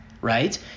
right